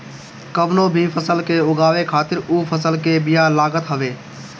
कवनो भी फसल के उगावे खातिर उ फसल के बिया लागत हवे